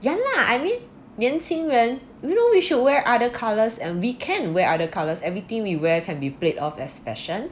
yeah lah I mean 年轻人 no we should wear other colours that we can wear other colours everything we wear can be played off as fashion